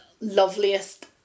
loveliest